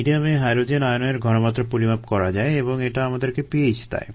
মিডিয়ামে হাইড্রোজেন আয়নের ঘনমাত্রা পরিমাপ করা যায় এবং এটা আমাদেরকে pH দেয়